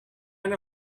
know